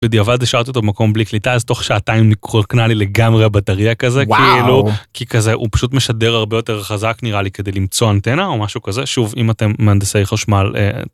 בדיעבד השארתי אותו במקום בלי קליטה אז תוך שעתיים התרוקנה לי לגמרי הבטריה כזה כאילו כי כזה הוא פשוט משדר הרבה יותר חזק נראה לי כדי למצוא אנטנה או משהו כזה, שוב אם אתם מהנדסי חשמל.